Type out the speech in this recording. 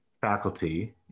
faculty